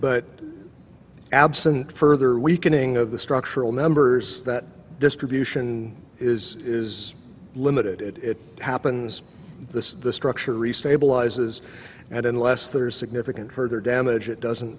but absent further weakening of the structural members that distribution is is limited it happens the structure e stabilizes and unless there is significant hurt or damage it doesn't